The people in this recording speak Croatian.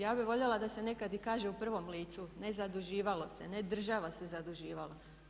Ja bih voljela da se nekada i kaže u prvom licu, ne zaduživalo se, ne država se zaduživala.